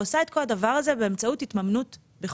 היא עושה את כל הדבר הזה באמצעות התממנות בחוב.